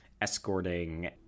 escorting